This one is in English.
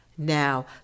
Now